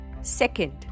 Second